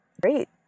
great